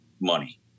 money